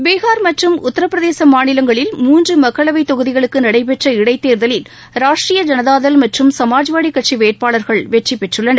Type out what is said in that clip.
பீகா் மற்றும் உத்தரப்பிரதேச மாநிலங்களில் மூன்று மக்களவை தொகுதிகளுக்கு நடைபெற்ற இடைத்தேர்தலில் ராஷ்டிபிய ஜனதாதள் மற்றும் சமாஜ்வாடி கட்சி வேட்பாளர்கள் வெற்றி பெற்றுள்ளனர்